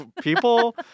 People